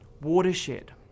Watershed